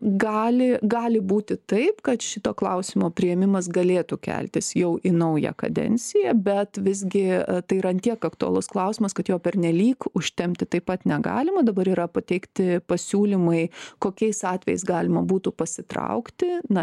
gali gali būti taip kad šito klausimo priėmimas galėtų keltis jau į naują kadenciją bet visgi tai yra an tiek aktualus klausimas kad jo pernelyg užtempti taip pat negalima dabar yra pateikti pasiūlymai kokiais atvejais galima būtų pasitraukti na